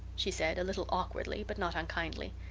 she said, a little awkwardly, but not unkindly.